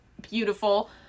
Beautiful